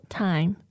time